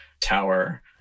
tower